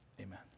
Amen